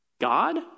God